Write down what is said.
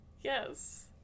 Yes